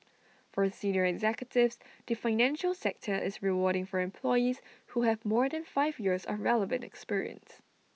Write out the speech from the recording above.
for senior executives the financial sector is rewarding for employees who have more than five years of relevant experience